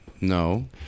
No